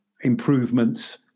improvements